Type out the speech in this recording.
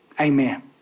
Amen